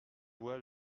voix